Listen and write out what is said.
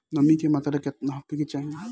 नमी के मात्रा केतना होखे के चाही?